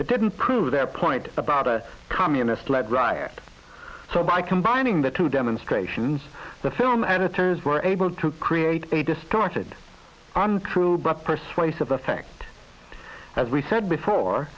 it didn't prove their point about a communist led riot so by combining the two demonstrations the film editors were able to create a distorted and crude but persuasive effect as we said before